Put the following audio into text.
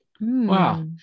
Wow